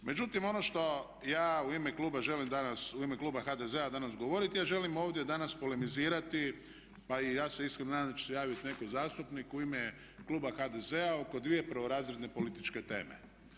Međutim, ono što ja u ime kluba želim danas, u ime kluba HDZ-a danas govoriti, ja želim ovdje danas polemizirati pa i ja se iskreno nadam da će se javiti neki zastupnik u ime kluba HDZ-a oko dvije prvorazredne političke teme.